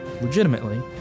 legitimately